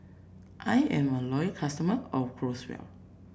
I am a loyal customer of Growell